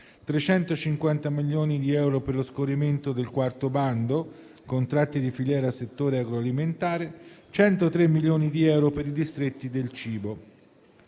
350 milioni di euro per lo scorrimento del quarto bando (contratti di filiera settore agroalimentare), 103 milioni di euro per i distretti del cibo,